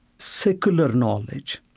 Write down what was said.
secular knowledge.